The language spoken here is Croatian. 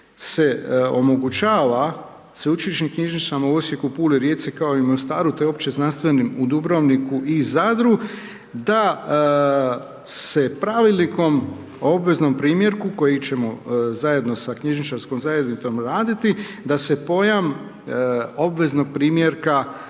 se omogućava sveučilišnim knjižnicama u Osijeku, Puli, Rijeci kao i u Mostaru te opće znanstvenim u Dubrovniku i Zadru da se pravilnikom o obveznom primjerku koji ćemo zajedno sa knjižničarskom zajednicom raditi da se pojam obveznog primjerka